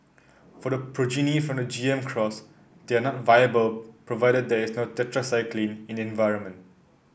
for the progeny from the G M cross they are not viable provided there no tetracycline in the environment